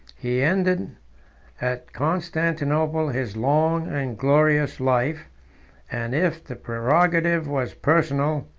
he ended at constantinople his long and glorious life and if the prerogative was personal,